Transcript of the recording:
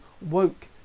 woke